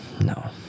No